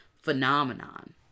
phenomenon